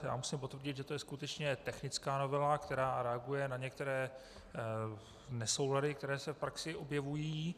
Musím potvrdit, že je to skutečně technická novela, která reaguje na některé nesoulady, které se v praxi objevují.